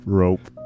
rope